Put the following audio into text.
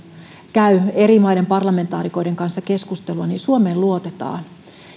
käy eri maiden parlamentaarikoiden kanssa keskustelua niin suomeen luotetaan